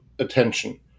attention